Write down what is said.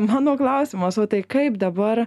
mano klausimas o tai kaip dabar